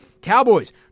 Cowboys